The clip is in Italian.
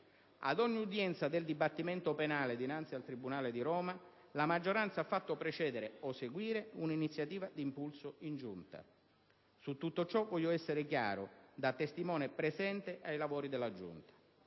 ad ogni udienza del dibattimento penale, dinanzi al tribunale di Roma, la maggioranza ha fatto precedere o seguire un'iniziativa di impulso in Giunta. Su tutto ciò voglio essere chiaro, da testimone presente ai lavori della Giunta.